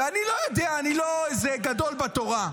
ואני לא יודע, אני לא איזה גדול בתורה.